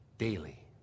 Daily